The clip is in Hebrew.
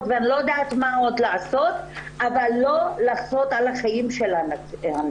ואני לא יודעת מה עוד לעשות אבל לא לשמור על החיים של הנשים.